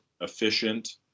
efficient